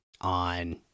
on